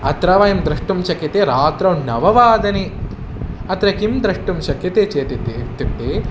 अत्र वयं द्रष्टुं शक्यते रात्रौ नववादने अत्र किं द्रष्टुं शक्यते चेत् इत् इत्युक्ते